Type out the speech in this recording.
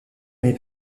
nommé